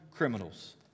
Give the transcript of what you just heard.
criminals